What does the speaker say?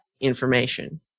information